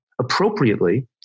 appropriately